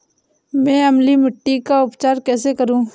मैं अम्लीय मिट्टी का उपचार कैसे करूं?